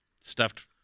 stuffed